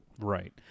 Right